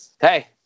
Hey